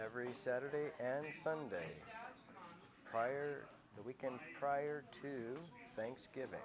every saturday and sunday prior that we can prior to thanksgiving